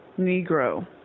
Negro